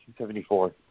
1974